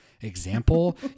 example